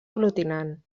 aglutinant